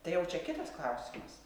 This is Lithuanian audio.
tai jau čia kitas klausimas